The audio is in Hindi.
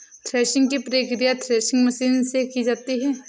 थ्रेशिंग की प्रकिया थ्रेशिंग मशीन से की जाती है